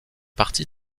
partie